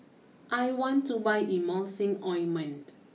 I want to buy Emulsying Ointment